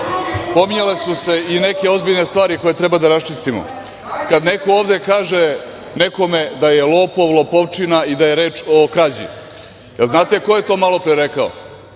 pominjale su se i neke ozbiljne stvari koje treba da raščistimo. Kada neko ovde kaže nekome da je lopov, lopovčina i da je reč o krađi, da li znate ko je to malopre rekao